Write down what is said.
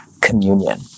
communion